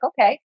okay